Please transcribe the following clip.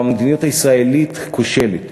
המדיניות הישראלית כושלת.